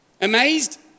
Amazed